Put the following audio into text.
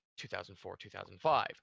2004-2005